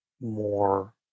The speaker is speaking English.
more